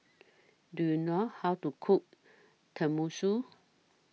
Do YOU know How to Cook Tenmusu